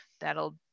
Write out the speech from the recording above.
that'll